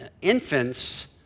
infants